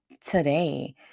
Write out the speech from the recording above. today